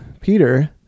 peter